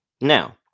Now